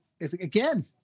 again